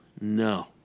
No